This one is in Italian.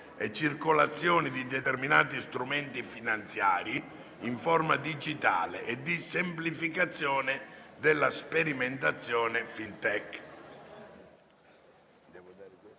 e circolazione di determinati strumenti finanziari in forma digitale e di semplificazione della sperimentazione FinTech»